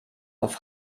auf